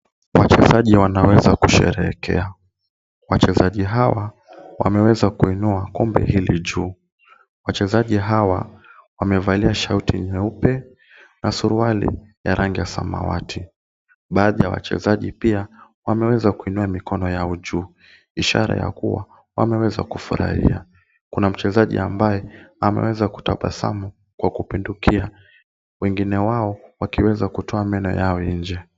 Wachezaji wanaweza kusherekea. Wachezaji hawa wameweza kuinua kombe hili juu. Wachezaji hawa wamevalia shati nyeupe na suruali ya rangi ya samawati. Baadhi ya wachezaji pia wameweza kuinua mikono yao juu, ishara ya kuwa wameweza kufurahia. Kuna mchezaji ambaye ameweza kutabasamu kwa kupindukia. Wengine wao wakiweza kutoa meno yao nje.